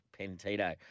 Pentito